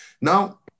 Now